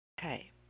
Okay